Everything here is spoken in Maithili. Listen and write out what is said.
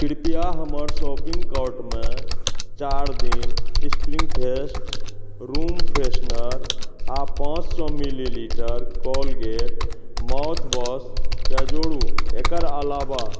कृपया हमर शॉपिङ्ग कार्टमे चारि दिन स्प्रिंग फेस्ट रूम फ्रेशनर आओर पाँच सौ मिलीलीटर कोलगेट माउथ वाशके जोड़ू एकर अलावा